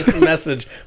message